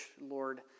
Lord